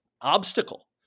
obstacle